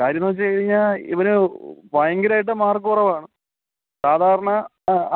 കാര്യമെന്നു വച്ചു കഴിഞ്ഞാൽ ഇവൻ ഭയങ്കരമായിട്ട് മാർക്ക് കുറവാണ് സാധാരണ